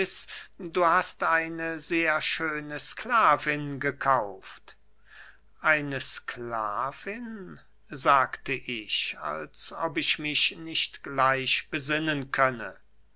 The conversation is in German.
du hast eine sehr schöne sklavin gekauft eine sklavin sagte ich als ob ich mich nicht gleich besinnen könne